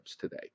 today